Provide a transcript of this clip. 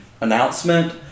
announcement